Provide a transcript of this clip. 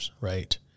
Right